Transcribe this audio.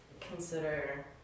consider